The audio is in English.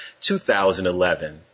2011